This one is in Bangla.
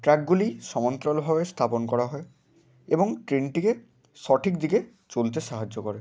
ট্র্যাকগুলি সমান্তরালভাবে স্থাপন করা হয় এবং ট্রেনটিকে সঠিক দিকে চলতে সাহায্য করে